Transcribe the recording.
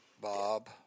Bob